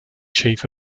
chief